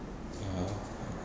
ya